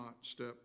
step